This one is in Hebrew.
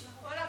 כל הכבוד.